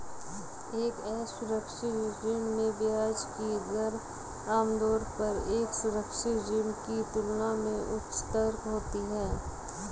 एक असुरक्षित ऋण में ब्याज की दर आमतौर पर एक सुरक्षित ऋण की तुलना में उच्चतर होती है?